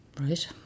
right